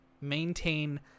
Maintain